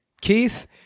Keith